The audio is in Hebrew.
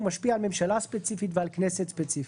והוא משפיע על ממשלה ספציפית ועל כנסת ספציפית.